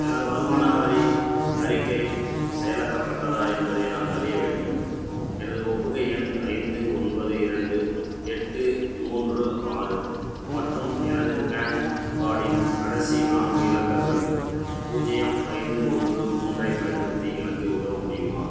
எனது வருமான வரி அறிக்கை செயலாக்கப்பட்டதா என்பதை நான் அறிய வேண்டும் எனது ஒப்புகை எண் ஐந்து ஒன்பது இரண்டு எட்டு மூன்று ஆறு மற்றும் எனது பான் கார்டின் கடைசி நான்கு இலக்கங்கள் பூஜ்ஜியம் ஐந்து ஒன்று மூன்று ஐப் பயன்படுத்தி எனக்கு உதவ முடியுமா